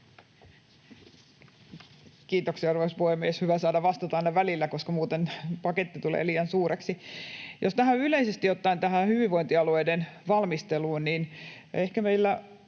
Kiitoksia, arvoisa puhemies! Hyvä saada vastata aina välillä, koska muuten paketti tulee liian suureksi. Jos yleisesti ottaen tähän hyvinvointialueiden valmisteluun, niin ehkä meillä